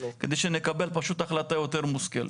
כדי שנקבל החלטה יותר מושכלת.